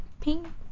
Pink